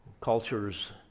Cultures